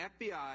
FBI